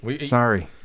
sorry